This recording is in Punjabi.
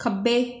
ਖੱਬੇ